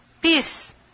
Peace